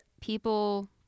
people